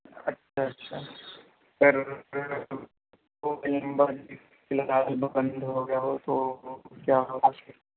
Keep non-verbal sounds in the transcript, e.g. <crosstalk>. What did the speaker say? اچھا اچھا سر <unintelligible> فی الحال <unintelligible> ہو گیا ہو تو کیا